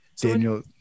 Daniel